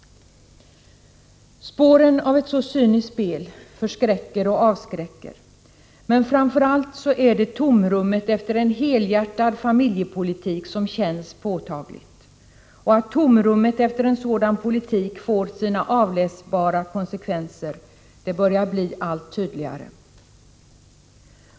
Spåren av ett så cyniskt spel förskräcker och avskräcker. Men framför allt är det tomrummet efter en helhjärtad familjepolitik som känns påtagligt. Att tomrummet efter en sådan politik får sina avläsbara konsekvenser börjar bli allt tydligare.